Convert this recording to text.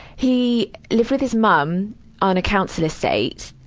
he lived with his mum on a council estate,